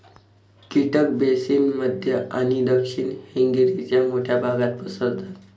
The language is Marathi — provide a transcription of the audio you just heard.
कीटक बेसिन मध्य आणि दक्षिण हंगेरीच्या मोठ्या भागात पसरतात